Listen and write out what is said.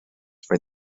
for